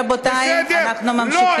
רבותי, אנחנו ממשיכים.